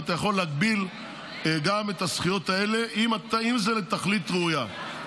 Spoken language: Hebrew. ואתה יכול להגביל גם את הזכויות האלה אם זה לתכלית ראויה,